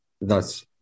thus